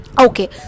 Okay